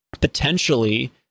potentially